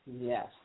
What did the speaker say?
yes